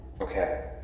Okay